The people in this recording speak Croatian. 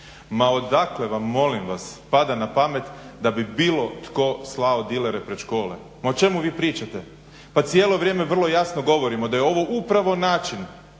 Ma odakle vam molim vas pada na pamet da bi bilo tko slao dilere pred škole. Ma o čemu vi pričate. Pa cijelo vrijeme vrlo jasno govorimo da je ovo upravo način